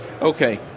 okay